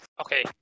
Okay